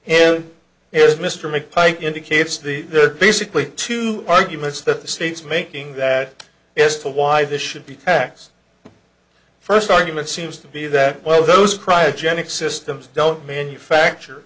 and his mr mcpike indicates the basically two arguments that the state's making that as to why this should be taxed first argument seems to be that well those cryogenic systems don't manufacture